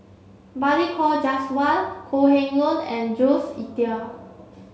Balli Kaur Jaswal Kok Heng Leun and Jules Itier